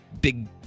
big